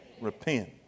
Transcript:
repent